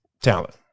talent